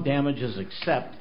damages except